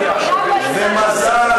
מזל,